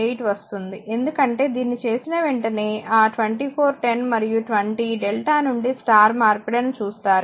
888 వస్తుంది ఎందుకంటే దీన్ని చేసిన వెంటనే ఆ 24 10 మరియు 20 డెల్టా నుండి స్టార్ మార్పిడి అని చూస్తారు